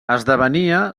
esdevenia